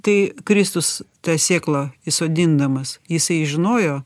tai kristus tą sėklą įsodindamas jisai žinojo